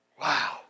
Wow